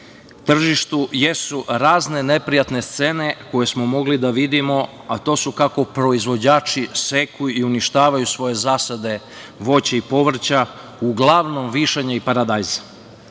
tržištu jesu razne neprijatne scene koje smo mogli da vidimo, a to su kako proizvođači seku i uništavaju svoje zasade voća i povrća, uglavnom višanja i paradajza.